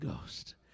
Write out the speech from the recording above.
Ghost